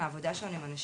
מהעבודה שלנו עם הנשים,